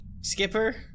Skipper